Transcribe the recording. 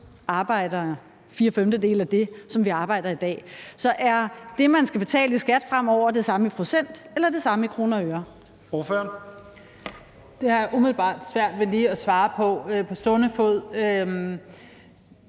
arbejder fire femtedele af det, som vi arbejder i dag. Så er det, man skal betale i skat fremover, det samme i procent eller det samme i kroner og øre? Kl. 21:14 Første næstformand